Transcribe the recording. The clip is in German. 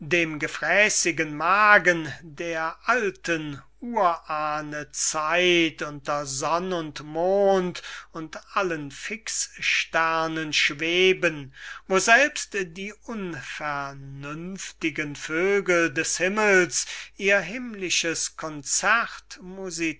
dem gefrässigen magen der alten urahne zeit unter sonn und mond und allen fixsternen schweben wo selbst die unvernünftigen vögel des himmels von edler begierde herbeygelockt ihr himmlisches